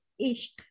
ish